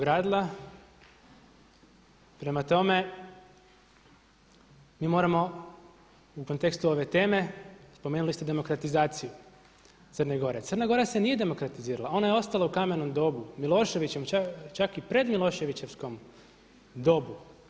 Prema tome, mi moramo u kontekstu ove teme, spomenuli ste demokratizaciju Crne Gore, Crna Gora se nije demokratizirala ona je ostala u kamenom dobu, Miloševićevom, čak i pred Miloševićevskom dobu.